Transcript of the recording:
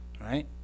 right